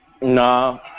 Nah